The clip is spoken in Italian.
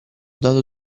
dato